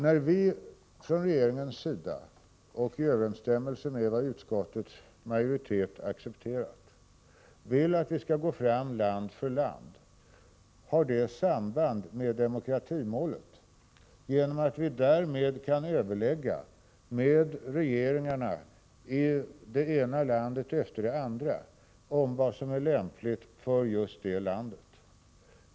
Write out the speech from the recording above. När vi från regeringens sida, i överensstämmelse med vad utskottsmajoriteten föreslagit, vill att vi skall gå fram land för land hänger det samman med demokratimålet. Vi kan överlägga med regeringarna i det ena landet efter det andra om vad som är lämpligt för varje särskilt land.